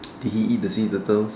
did he eat the sea turtle